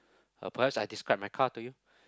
uh perhaps I describe my car to you